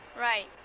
Right